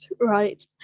right